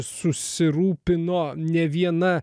susirūpino ne viena